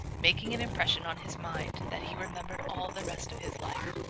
making an impression on his mind that he remembered all the rest of his life.